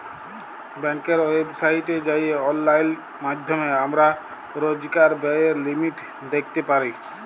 ব্যাংকের ওয়েবসাইটে যাঁয়ে অললাইল মাইধ্যমে আমরা রইজকার ব্যায়ের লিমিট দ্যাইখতে পারি